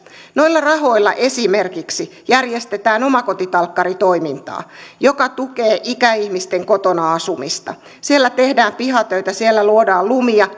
noilla rahoilla esimerkiksi järjestetään omakotitalkkaritoimintaa joka tulee ikäihmisten kotona asumista siellä tehdään pihatöitä siellä luodaan lumia